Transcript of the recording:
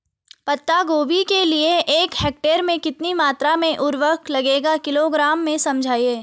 पत्ता गोभी के लिए एक हेक्टेयर में कितनी मात्रा में उर्वरक लगेगा किलोग्राम में समझाइए?